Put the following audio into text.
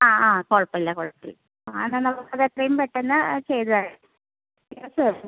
ആ ആ കുഴപ്പമില്ല കുഴപ്പമില്ല ആ എന്നാൽ നമുക്കതെത്രയും പെട്ടെന്ന് ചെയ്ത് ഇത്